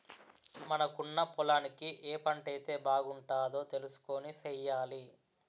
మనకున్న పొలానికి ఏ పంటైతే బాగుంటదో తెలుసుకొని సెయ్యాలి